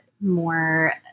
more